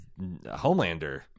Homelander